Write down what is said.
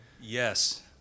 Yes